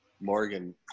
Morgan